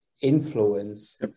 influence